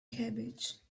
cabbage